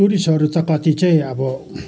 टुरिस्टहरू चाहिँ कति चाहिँ अब